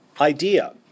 idea